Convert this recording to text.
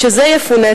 משזה יפונה,